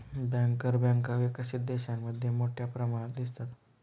banker बँका विकसित देशांमध्ये मोठ्या प्रमाणात दिसतात